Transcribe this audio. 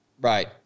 Right